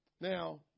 Now